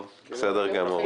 בסדר גמור.